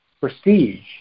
prestige